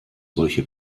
solche